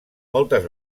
moltes